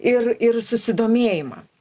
ir ir susidomėjimą